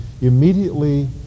immediately